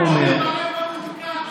עמר בר לב לא מעודכן,